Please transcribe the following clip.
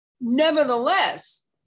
Nevertheless